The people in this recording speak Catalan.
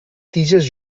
tiges